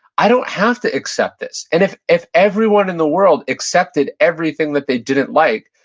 i don't have to accept this. and if if everyone in the world accepted everything that they didn't like,